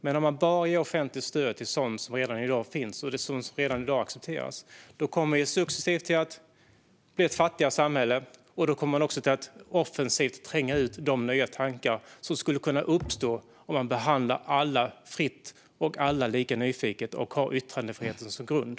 Men om man bara ger offentligt stöd till sådant som redan i dag finns och accepteras kommer vi successivt att bli ett fattigare samhälle. Vi kommer också att offensivt tränga ut de nya tankar som skulle kunna uppstå om man behandlade alla lika fritt och nyfiket med yttrandefriheten som grund.